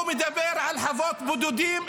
זה חוות בודדים,